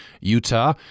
Utah